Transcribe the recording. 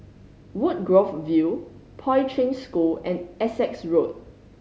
Woodgrove View Poi Ching School and Essex Road